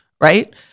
Right